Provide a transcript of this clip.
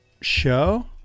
show